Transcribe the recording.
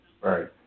Right